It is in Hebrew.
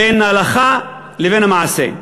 בין ההלכה לבין המעשה.